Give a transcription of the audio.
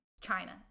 China